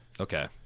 Okay